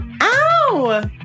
Ow